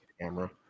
camera